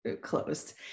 closed